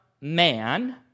man